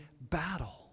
battle